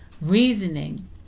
reasoning